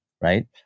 right